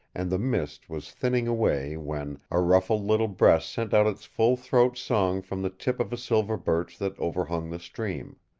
and the mist was thinning away when, a ruffled little breast sent out its full throat-song from the tip of a silver birch that overhung the stream.